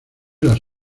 las